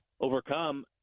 overcome